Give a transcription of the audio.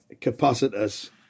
capacitors